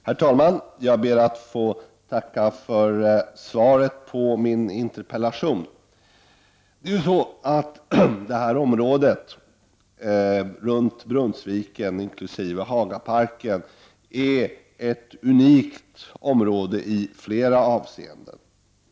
Herr talman! Jag ber att få tacka för svaret på min interpellation. Området kring Brunnsviken inkl. Hagaparken är i flera avseenden ett unikt område.